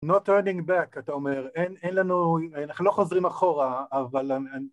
Not turning back אתה אומר, אין לנו, אנחנו לא חוזרים אחורה, אבל...